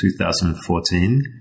2014